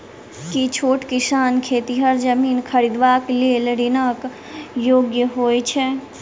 की छोट किसान खेतिहर जमीन खरिदबाक लेल ऋणक योग्य होइ छै?